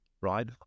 right